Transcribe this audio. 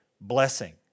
blessing